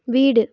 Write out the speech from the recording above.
வீடு